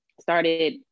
started